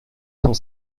cent